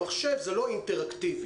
לא אינטראקטיבי.